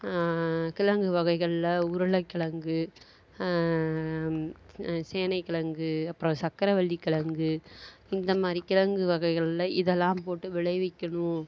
கிழங்கு வகைகளில் உருளைக்கிழங்கு சேனைக்கிழங்கு அப்புறம் சக்கரவள்ளிக் கிழங்கு இந்த மாதிரி கிழங்கு வகைகளில் இதெல்லாம் போட்டு விளைவிக்கணும்